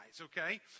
okay